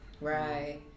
Right